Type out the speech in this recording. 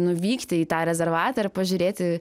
nuvykti į tą rezervatą ir pažiūrėti